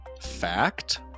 Fact